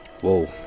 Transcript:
Whoa